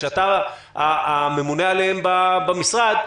שאתה הממונה עליהם במשרד,